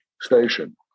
station